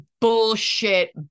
bullshit